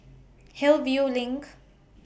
Hillview LINK